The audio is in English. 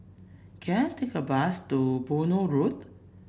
can I take a bus to Benoi Road